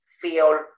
feel